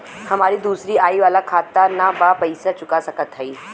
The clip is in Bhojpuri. हमारी दूसरी आई वाला खाता ना बा पैसा चुका सकत हई?